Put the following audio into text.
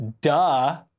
Duh